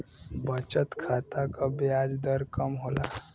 बचत खाता क ब्याज दर कम होला